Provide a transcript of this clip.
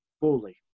fully